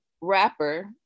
rapper